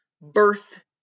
birth